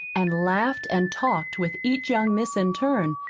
and laughed and talked with each young miss in turn,